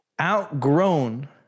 Outgrown